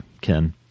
Ken